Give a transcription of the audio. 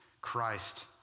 Christ